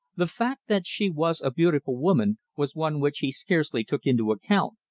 the fact that she was a beautiful woman was one which he scarcely took into account.